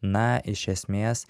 na iš esmės